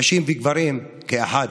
נשים וגברים כאחד.